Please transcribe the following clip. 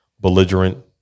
belligerent